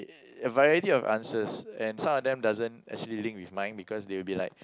a variety of answers and some of them doesn't actually link with mine because they will be like